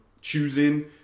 choosing